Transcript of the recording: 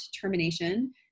termination